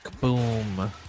Boom